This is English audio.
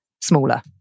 smaller